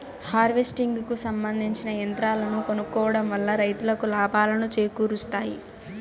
harvesting కు సంబందించిన యంత్రాలను కొనుక్కోవడం వల్ల రైతులకు లాభాలను చేకూరుస్తాయి